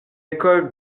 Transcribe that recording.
école